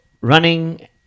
running